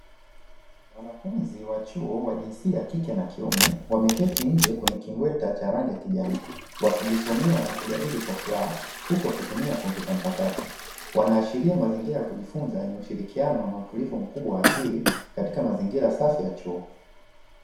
Wanafunzi wa chuo wa jinsia ya kike na kiume wameketi nje kwenye kimbweta cha rangi ya kijani wakijisomea na kujadili kwa furaha huku wakitumia kompyuta mpakato. Wanaashiria mazingira ya kujifunza yenye ushirikiano na utulivu mkubwa wa akili katika mazingira safi ya chuo.